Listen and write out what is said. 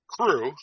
crew